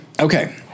Okay